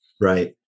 right